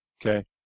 Okay